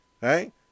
right